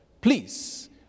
please